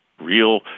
real